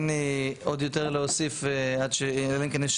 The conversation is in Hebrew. אין לי עוד יותר להוסיף, אלא אם כן יש